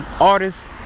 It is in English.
artists